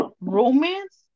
romance